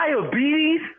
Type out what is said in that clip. Diabetes